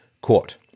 Court